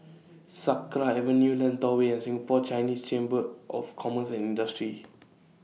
Sakra Avenue Lentor Way and Singapore Chinese Chamber of Commerce and Industry